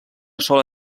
sola